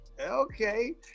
Okay